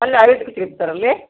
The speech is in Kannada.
ಅಲ್ಲಿ ಆಯುರ್ವೇದಿಕ್ಕೂ ಸಿಗತ್ತಾ ಸರ್ ಅಲ್ಲಿ